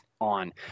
on